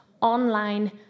online